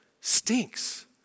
stinks